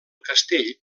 castell